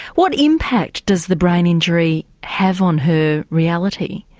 what impact does the brain injury have on her reality?